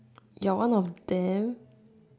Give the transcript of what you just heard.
you're one of them